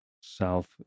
south